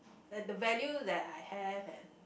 the the value that I have and